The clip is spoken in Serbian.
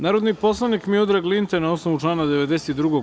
Narodni poslanik Miodrag Linta, na osnovu člana 92.